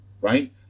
right